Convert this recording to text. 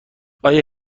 آیا